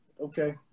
okay